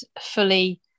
fully